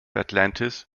atlantis